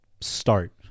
start